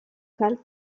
karl